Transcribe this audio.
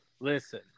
Listen